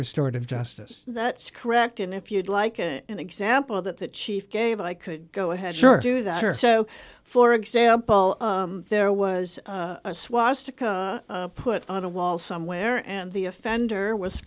restorative justice that's correct and if you'd like an example that the chief gave i could go ahead sure do that or so for example there was a swastika put on a wall somewhere and the offender was